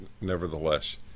nevertheless